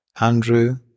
Andrew